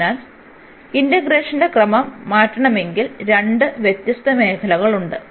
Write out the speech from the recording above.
അതിനാൽ സംയോജനത്തിന്റെ ക്രമം മാറ്റണമെങ്കിൽ രണ്ട് വ്യത്യസ്ത മേഖലകളുണ്ട്